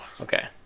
Okay